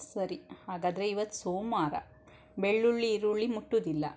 ಸರಿ ಹಾಗಾದರೆ ಇವತ್ತು ಸೋಮವಾರ ಬೆಳ್ಳುಳ್ಳಿ ಈರುಳ್ಳಿ ಮುಟ್ಟುವುದಿಲ್ಲ